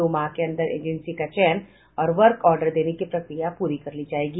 दो माह के अंदर एजेंसी का चयन और वर्क ऑर्डर देने की प्रक्रिया पूरी कर ली जायेगी